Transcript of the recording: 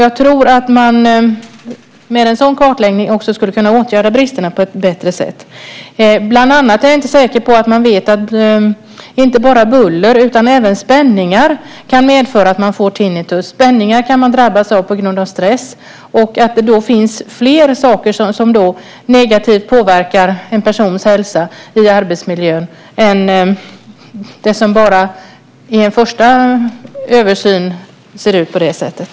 Jag tror att man med nämnda kartläggning skulle kunna åtgärda bristerna på ett bättre sätt. Bland annat är jag inte säker på att man vet att inte bara buller utan även spänningar kan medföra tinnitus. Spänningar kan man drabbas av på grund av stress. Det finns dock fler saker som negativt påverkar en persons hälsa i arbetsmiljön än som vid en första översyn verkar vara fallet.